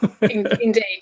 Indeed